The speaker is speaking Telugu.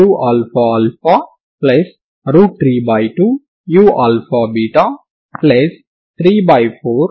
సరిహద్దు షరతు ఆధారంగా u0t0 అయితే అంటే ఇది మీ సరిహద్దు సమాచారం అయితే దీనిని మీరు బేసి ఫంక్షన్ గా పొడిగించవచ్చు